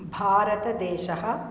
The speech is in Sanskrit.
भारतदेशः